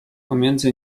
pomiędzy